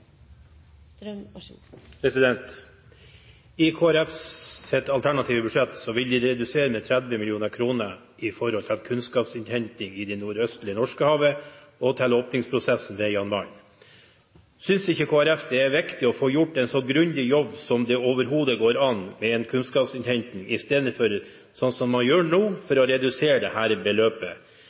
I Kristelig Folkepartis alternative budsjett vil man redusere med 30 mill. kr når det gjelder kunnskapsinnhenting i det nordøstlige Norskehavet og åpningsprosessen ved Jan Mayen. Synes ikke Kristelig Folkeparti det er viktig å få gjort en så grundig jobb som det overhodet går an når det gjelder kunnskapsinnhenting, i stedet for det man gjør ved å redusere dette beløpet, med tanke på den videre prosessen og for å